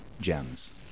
gems